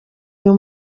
uyu